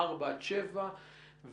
ארבעה עד שבעה קילומטר,